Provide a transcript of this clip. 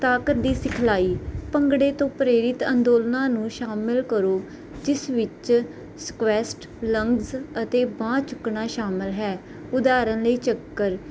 ਤਾਕਤ ਦੀ ਸਿਖਲਾਈ ਭੰਗੜੇ ਤੋਂ ਪ੍ਰੇਰਿਤ ਅੰਦੋਲਨ ਨੂੰ ਸ਼ਾਮਿਲ ਕਰੋ ਜਿਸ ਵਿੱਚ ਸਕੁਐਸਟ ਲੰਗਜ ਅਤੇ ਬਾਂਹ ਚੁੱਕਣਾ ਸ਼ਾਮਿਲ ਹੈ ਉਦਾਹਰਣ ਲਈ ਚੱਕਰ